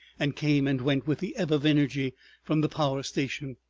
and came and went with the ebb of energy from the power-station.